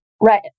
Right